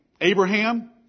Abraham